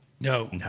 No